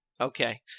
Okay